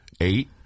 Eight